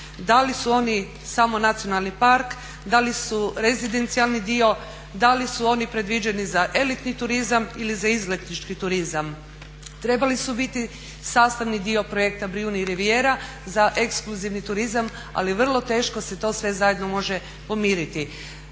Da li su oni samo nacionalni park, da li su rezidencijalni dio, da li su oni predviđeni za elitni turizam ili za izletnički turizam. Trebali su biti sastavni dio projekta Brijuni riviera za ekskluzivni turizam, ali vrlo teško se to sve zajedno može pomiriti.